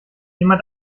jemand